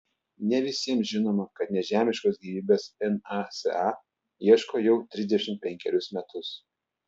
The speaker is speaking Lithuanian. ne visiems žinoma kad nežemiškos gyvybės nasa ieško jau trisdešimt penkerius metus